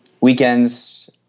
weekends